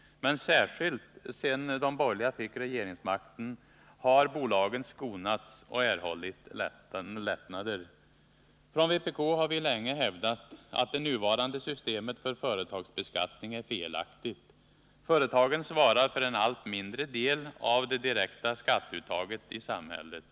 Men särskilt sedan de borgerliga fick regeringsmakten har bolagen skonats och erhållit lättnader. Från vpk har vi länge hävdat att det nuvarande systemet för företagsbe skattning är felaktigt. Företagen svarar för en allt mindre del av det direkta skatteuttaget i samhället.